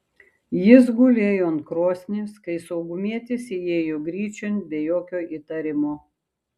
jis gulėjo ant krosnies kai saugumietis įėjo gryčion be jokio įtarimo